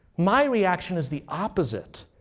my reaction is the opposite.